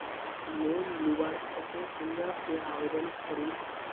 Loan लुबार केते कुनियाँ से आवेदन करूम?